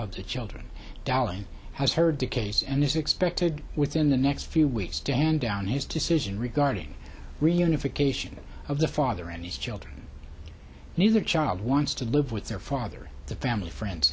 of the children doll and has heard the case and is expected within the next few weeks stand down his decision regarding reunification of the father and his children neither child wants to live with their father the family friend